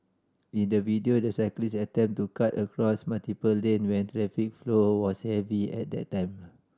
in the video the cyclist attempted to cut across multiple lane when traffic flow was heavy at that time